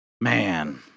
Man